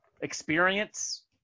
experience